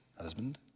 husband